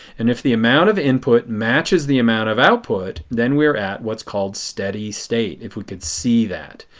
and if the amount of input matches the amount of output then we are at what is called steady state. if we could see that.